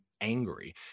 angry